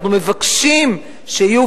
אנחנו מבקשים שיהיו.